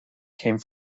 came